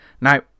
Now